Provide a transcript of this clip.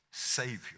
Savior